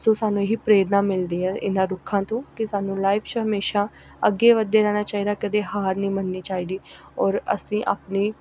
ਸੋ ਸਾਨੂੰ ਇਹੀ ਪ੍ਰੇਰਨਾ ਮਿਲਦੀ ਹੈ ਇਹਨਾਂ ਰੁੱਖਾਂ ਤੋਂ ਕਿ ਸਾਨੂੰ ਲਾਈਫ ਚ ਹਮੇਸ਼ਾ ਅੱਗੇ ਵੱਧਦੇ ਰਹਿਣਾ ਚਾਹੀਦਾ ਕਦੇ ਹਾਰ ਨਹੀਂ ਮੰਨਣੀ ਚਾਹੀਦੀ ਔਰ ਅਸੀਂ ਆਪਣੀ